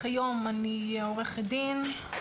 כיום אני עורכת דין.